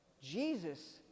Jesus